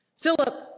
Philip